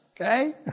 okay